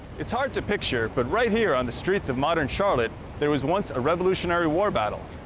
it's hard to picture, but right here on the streets of modern charlotte there was once a revolutionary war battle.